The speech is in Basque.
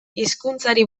hizkuntzari